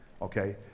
Okay